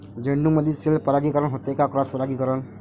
झेंडूमंदी सेल्फ परागीकरन होते का क्रॉस परागीकरन?